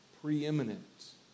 preeminent